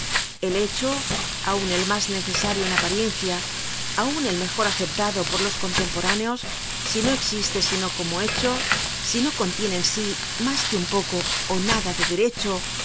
el hecho aun el mas necesario en apariencia aun el mejor aceptado pollos contemporáneos si no existe sino como hecho si no contiene en sí mas que un poco ó nada de derecho